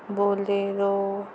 bolero